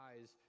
eyes